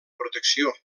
protecció